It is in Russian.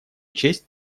честь